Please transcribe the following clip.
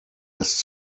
erst